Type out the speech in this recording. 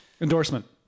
Endorsement